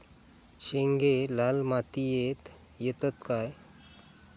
शेंगे लाल मातीयेत येतत काय?